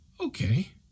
Okay